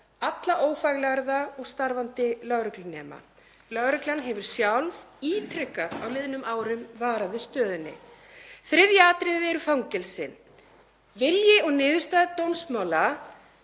alla ófaglærða og starfandi lögreglunema. Lögreglan hefur sjálf ítrekað á liðnum árum varað við stöðunni. Þriðja atriðið eru fangelsin. Vilji og niðurstaða dómstóla